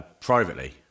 privately